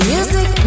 Music